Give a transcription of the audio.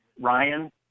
Ryan